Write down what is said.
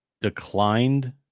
declined